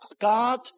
God